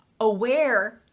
aware